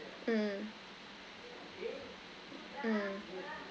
mm mm